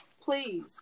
please